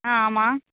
ஆ ஆமாம்